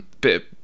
bit